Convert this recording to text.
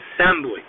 assembly